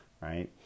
right